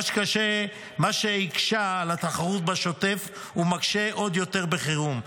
מה שהקשה על התחרות בשוטף ומקשה עוד יותר בחירום.